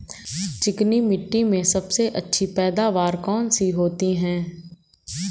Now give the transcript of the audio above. चिकनी मिट्टी में सबसे अच्छी पैदावार कौन सी होती हैं?